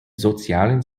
sozialen